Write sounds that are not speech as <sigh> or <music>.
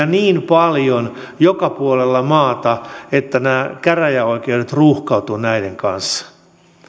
<unintelligible> niin paljon joka puolella maata että käräjäoikeudet ruuhkautuvat näiden kanssa